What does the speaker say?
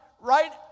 right